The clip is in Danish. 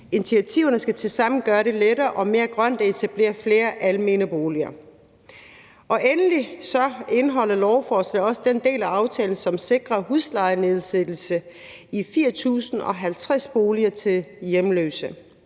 Initiativerne skal tilsammen gøre det lettere og mere grønt at etablere flere almene boliger. Endelig indeholder lovforslaget også den del af aftalen, som sikrer huslejenedsættelse i 4.050 boliger til hjemløse.